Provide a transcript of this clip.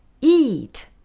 Eat